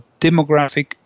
demographic